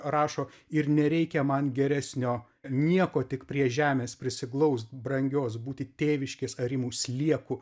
rašo ir nereikia man geresnio nieko tik prie žemės prisiglaust brangios būti tėviškės arimų slieku